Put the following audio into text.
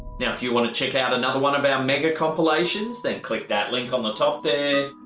yeah if you wanna check out another one of our mega compilations, then click that link on the top there,